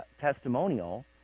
testimonial